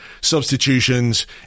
substitutions